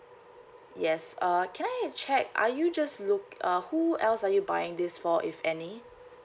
yes uh can I check are you just look uh who else are you buying this for if any